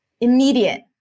Immediate